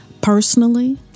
personally